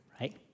right